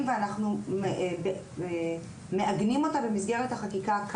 ואנחנו מעגנים אותה במסגרת החקיקה.